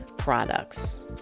products